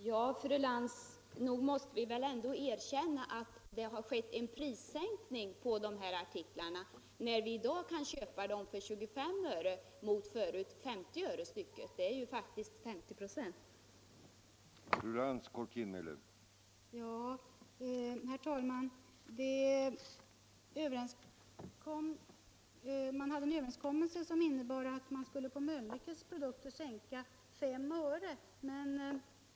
Herr talman! Nog måste vi väl ändå erkänna, fru Lantz, att det har skett en prissänkning på de här artiklarna, när vi i dag kan köpa dem för 25 öre mot förut 50 öre per styck. Det är ju faktiskt en prissänkning på 50 96.